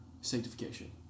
sanctification